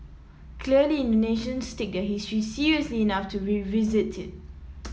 clearly Indonesians take their history seriously enough to revisit it